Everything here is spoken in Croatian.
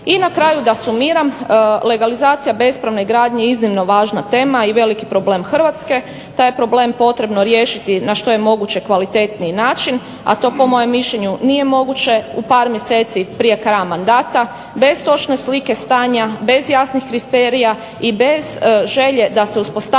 I na kraju da sumiram, legalizacija bespravne gradnje je iznimno važna tema i veliki problem Hrvatske. Taj je problem potrebno riješiti na što je moguće kvalitetniji način, a to po mojem mišljenju nije moguće u par mjeseci prije kraja mandata bez točne slike stanja, bez jasnih kriterija i bez želje da se uspostavi